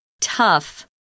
Tough